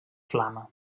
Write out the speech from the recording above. flama